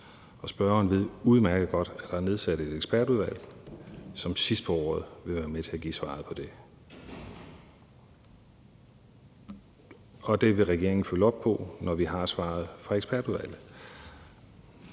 Og spørgeren ved udmærket godt, at der er nedsat et ekspertudvalg, som sidst på året vil være med til at give svaret på det. Og det vil regeringen følge op på, når vi har svaret fra ekspertudvalget.